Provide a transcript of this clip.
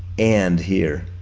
and here.